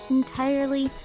entirely